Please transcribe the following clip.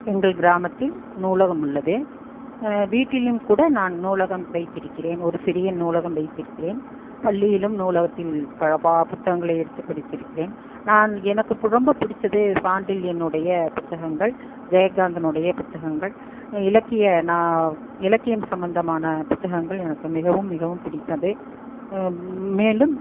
எங்கள் கிராமத்தில் நூலகம் உள்ளது வீட்டிலும் கூட நான் நூலகம் வைத்திருக்கிறேன் ஒரு சிறிய நூலகம் வைத்திருக்கிறேன் பள்ளியிலும் நூலகத்தில் பல புத்தகங்களை எடுத்து படித்திருக்கிறேன் நான் எனக்கு ரொம்ப பிடிச்சது சாண்டில்லின்னுடைய புத்தகங்கள் ஜெயகாந்தனுடைய புத்தகங்கள் இலக்கிய இலக்கியம் சம்மந்தமான புத்தகங்கள் எனக்கு மிகவும் மிகவும் பிடித்தது மேலும்